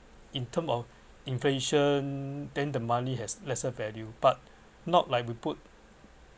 in term of inflation then the money has lesser value but not like we put